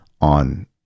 on